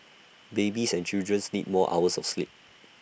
babies and children's need more hours of sleep